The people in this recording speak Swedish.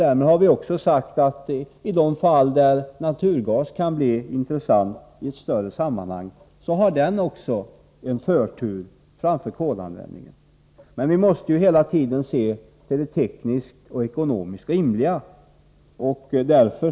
Därmed har vi också sagt att i de fall naturgasen är intressant i större sammanhang har naturgasen förtur framför kolet. Men vi måste hela tiden ta hänsyn till vad som är tekniskt och ekonomiskt rimligt.